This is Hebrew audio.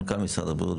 מנכ"ל משרד הבריאות,